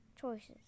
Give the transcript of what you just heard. Choices